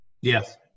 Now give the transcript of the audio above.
Yes